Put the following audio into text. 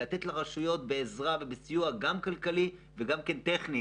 לתת לרשויות עזרה וסיוע גם כלכלי וגם טכני,